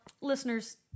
listeners